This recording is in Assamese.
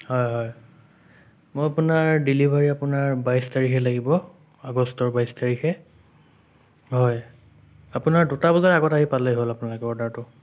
হয় হয় মই আপোনাৰ ডেলিভাৰী আপোনাৰ বাইছ তাৰিখে লাগিব আগষ্টৰ বাইছ তাৰিখে হয় আপোনাৰ দুটা বজাৰ আগতে আহি পালে হ'ল আপোনালোকে অৰ্ডাৰটো